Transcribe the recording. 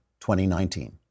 2019